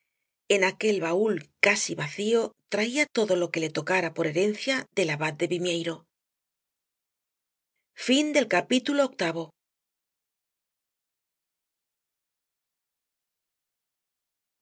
en aquel baúl casi vacío traía todo lo que le tocara por herencia del abad de vimieiro